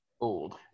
old